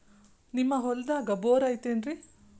ನಿಮ್ಮ ಹೊಲ್ದಾಗ ಬೋರ್ ಐತೇನ್ರಿ?